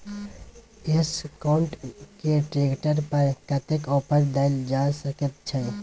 Escort के tractor पर कतेक ऑफर दैल जा सकेत छै?